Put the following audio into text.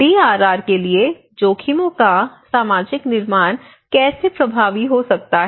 DRR के लिए जोखिमों का सामाजिक निर्माण कैसे प्रभावी हो सकता है